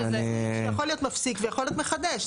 שיכול להיות מפסיק ויכול להיות מחדש.